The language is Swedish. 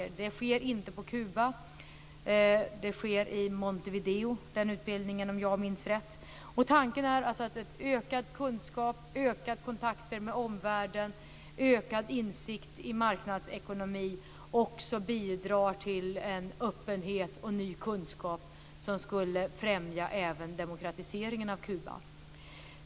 Den utbildningen sker inte på Kuba, den sker i Montevideo, om jag minns rätt. Tanken är alltså att ökad kunskap, ökade kontakter med omvärlden och ökad insikt i marknadsekonomi ska bidra till en öppenhet och ny kunskap som främjar demokratiseringen av Kuba.